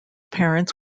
parents